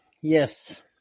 yes